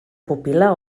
pupil·la